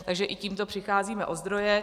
Takže i tímto přicházíme o zdroje.